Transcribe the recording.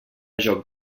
joc